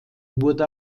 wurde